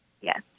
Yes